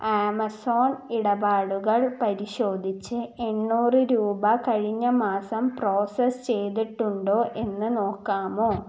Amazon ഇടപാടുകൾ പരിശോധിച്ച് എണ്ണൂറ് രൂപ കഴിഞ്ഞ മാസം പ്രോസസ്സ് ചെയ്തിട്ടുണ്ടോ എന്ന് നോക്കാമോ